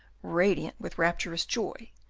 radiant with rapturous joy,